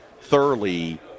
thoroughly